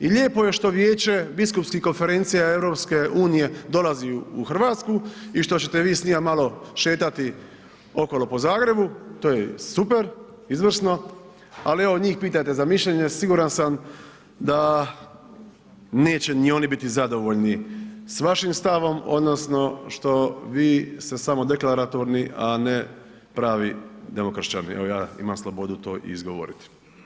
I lijepo je što Vijeće biskupskih konferencija EU-a dolazi u Hrvatsku i što ćete vi s njima malo šetati okolo po Zagrebu, to je super, izvrsno ali evo, njih pitajte za mišljenje, siguran sam da neće ni oni biti zadovoljni sa vašim stavom odnosno vi što ste samodeklaratorni a ne pravi demokršćanin, evo ja imam slobodu to i izgovoriti.